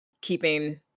keeping